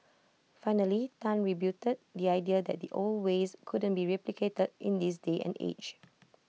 finally Tan rebutted the idea that the old ways couldn't be replicated in this day and age